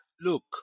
look